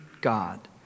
God